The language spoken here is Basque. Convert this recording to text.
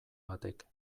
batek